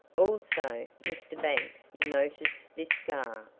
also, mr. banks, notice this scar.